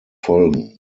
folgen